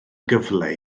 gyfle